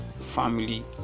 family